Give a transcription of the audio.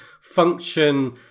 function